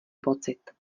pocit